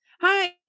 hi